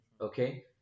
okay